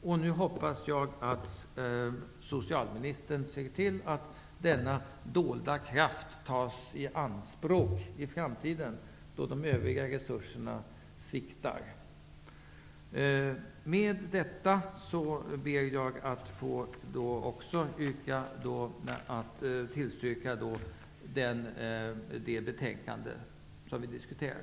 Jag hoppas att socialministern ser till att denna dolda kraft tas i anspråk i framtiden, då de övriga resurserna sviktar. Med detta ber jag att få yrka bifall till utskottets hemställan i det betänkande vi nu diskuterar.